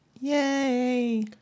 Yay